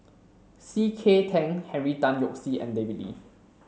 C K Tang Henry Tan Yoke See and David Lee